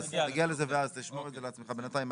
נגיע לזה ואז, תשמור את זה לעצמך בנתיים.